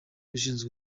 ushinzwe